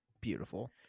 beautiful